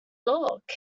look